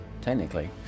Technically